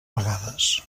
vegades